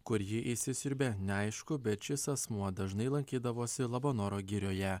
kur ji įsisiurbė neaišku bet šis asmuo dažnai lankydavosi labanoro girioje